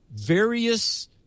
various